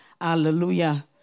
Hallelujah